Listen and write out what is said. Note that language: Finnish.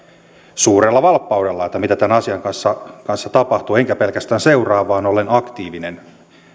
suurella valppaudella mitä tämän asian kanssa kanssa tapahtuu enkä pelkästään seuraa vaan olen aktiivinen